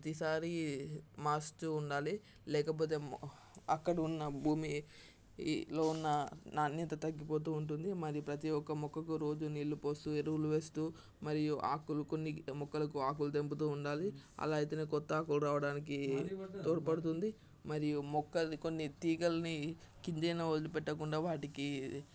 ప్రతిసారి మార్చుతూ ఉండాలి లేకపోతే అక్కడ ఉన్న భూమిలో ఉన్న నాణ్యత తగ్గిపోతూ ఉంటుంది మరి ప్రతి ఒక్క మొక్కకు రోజు నీళ్ళు పోస్తూ ఎరువులు వేస్తూ మరియు ఆకులు కొన్ని మొక్కలకు ఆకులు తెంపుతూ ఉండాలి అలా అయితేనే కొత్త ఆకులు రావడానికి తోడ్పడుతుంది మరియు మొక్క అది కొన్ని తీగల్ని కిందనే వదిలిపెట్టకుండా వాటికి